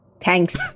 Thanks